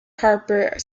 harper